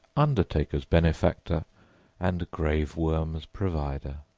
undertaker's benefactor and grave worm's provider.